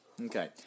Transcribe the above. Okay